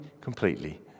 completely